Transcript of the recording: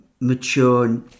mature